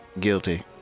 Guilty